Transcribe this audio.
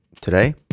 Today